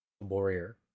warrior